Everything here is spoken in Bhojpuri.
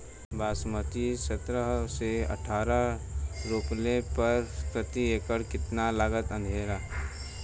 बासमती सत्रह से अठारह रोपले पर प्रति एकड़ कितना लागत अंधेरा?